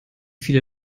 viele